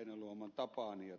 heinäluoman tapaan ja